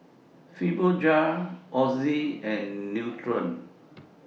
Fibogel Oxy and Nutren